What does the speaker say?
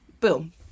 boom